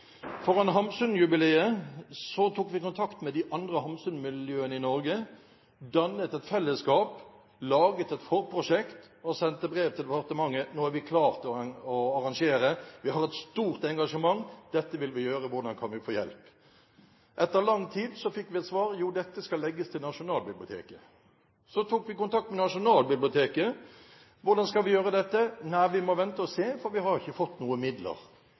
tok vi kontakt med de andre Hamsun-miljøene i Norge, dannet et fellesskap, laget et forprosjekt og sendte brev til departementet om at vi var klare til å arrangere jubileet. Vi hadde et stort engasjement: Dette vil vi gjøre – hvordan kan vi få hjelp? Etter lang tid fikk vi svar om at dette skulle legges til Nasjonalbiblioteket. Så tok vi kontakt med Nasjonalbiblioteket for å få vite hvordan vi skulle gjøre dette. De sa at vi måtte vente og se, fordi de ikke hadde fått noen midler.